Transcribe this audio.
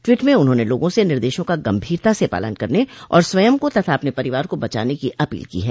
tweet में उन्होंने लोगों से निर्देशों का गंभीरता से पालन करने और स्वयं को तथा अपने परिवार को बचाने की अपील की है